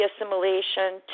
assimilation